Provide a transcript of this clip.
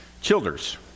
Childers